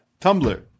Tumblr